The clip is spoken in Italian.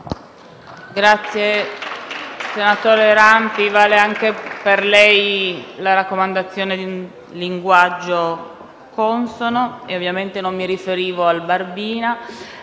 Grazie, senatore Rampi, vale anche per lei la raccomandazione per un linguaggio consono e ovviamente non mi riferivo al «barbina».